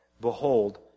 behold